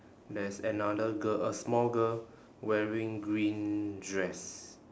there is another girl a small girl wearing green dress